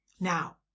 Now